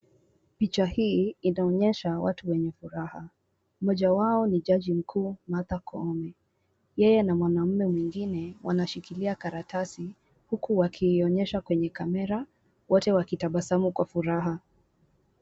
Picha hii inaonyesha watu wenye furaha. Mmoja wao ni jaji mkuu Martha Koome. Yeye na mwanaume mwingine wanashikilia karatasi, huku wakiionyesha kwenye kamera, wote wakitabasamu kwa furaha.